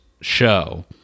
show